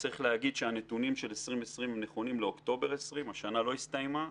הנתונים של 2020 נכונים לאוקטובר והשנה עוד לא הסתיימה.